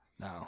no